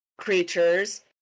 creatures